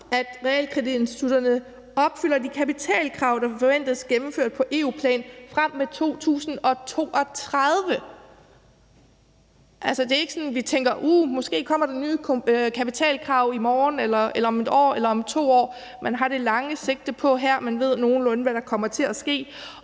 at realkreditinstitutterne opfylder de kapitalkrav, der forventes gennemført på EU plan frem mod 2032! Det er altså ikke sådan, at man tænker, at nu kommer der måske nye kapitalkrav i morgen eller om 1 år eller om 2 år. Man har det lange sigte på her, og man ved nogenlunde, hvad der kommer til at ske,